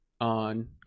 on